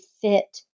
fit